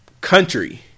country